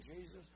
Jesus